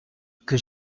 que